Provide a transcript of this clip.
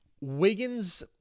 Wiggins